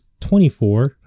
24